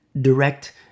direct